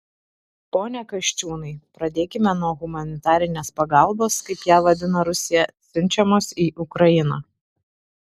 pone kasčiūnai pradėkime nuo humanitarinės pagalbos kaip ją vadina rusija siunčiamos į ukrainą